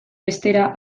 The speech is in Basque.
bestera